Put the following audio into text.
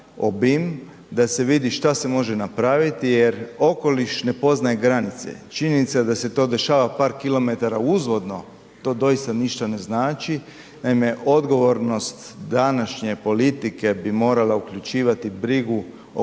da se vidi šta se može napraviti jer okoliš ne poznaje granice. Činjenica da se to dešava par kilometara uzvodno, to doista ništa ne znači, naime odgovornost današnje politike bi morala uključivati brigu o